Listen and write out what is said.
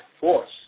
force